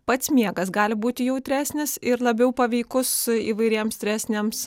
pats miegas gali būti jautresnis ir labiau paveikus įvairiem stresiniams